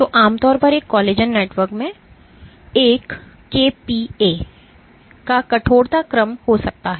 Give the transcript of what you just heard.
तो आमतौर पर एक कोलेजन नेटवर्क में 1 kPa का कठोरता क्रम हो सकता है